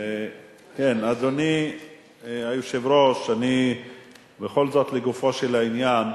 אדוני היושב-ראש, בכל זאת, לגופו של עניין,